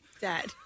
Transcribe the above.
Dad